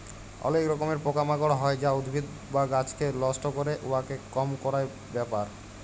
অলেক রকমের পকা মাকড় হ্যয় যা উদ্ভিদ বা গাহাচকে লষ্ট ক্যরে, উয়াকে কম ক্যরার ব্যাপার